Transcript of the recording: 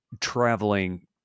traveling